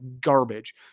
garbage